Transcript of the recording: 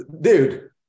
dude